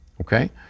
okay